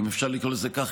אם אפשר לקרוא לזה כך,